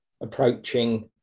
approaching